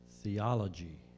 theology